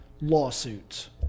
lawsuits